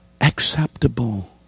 acceptable